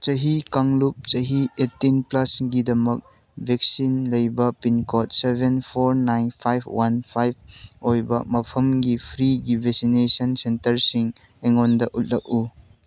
ꯆꯍꯤ ꯀꯥꯡꯂꯨꯞ ꯆꯍꯤ ꯑꯩꯠꯇꯤꯟ ꯄ꯭ꯂꯁꯒꯤꯗꯃꯛ ꯚꯦꯛꯁꯤꯟ ꯂꯩꯕ pin code seven four nine five one five ꯑꯣꯏꯕ ꯃꯐꯝꯒꯤ ꯐ꯭ꯔꯤꯒꯤ ꯚꯦꯁꯤꯅꯦꯁꯟ ꯁꯦꯟꯇꯔꯁꯤꯡ ꯑꯩꯉꯣꯟꯗ ꯎꯠꯂꯛꯎ